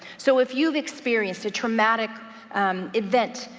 so if you've experienced a traumatic event,